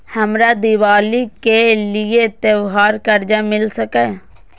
हमरा दिवाली के लिये त्योहार कर्जा मिल सकय?